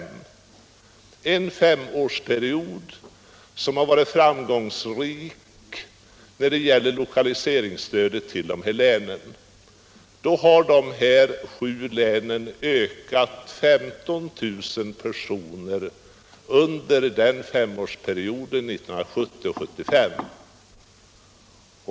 Under denna femårsperiod, som har varit framgångsrik när det gäller lokaliseringsstödet, har de här sju länen ökat med 15 000 personer.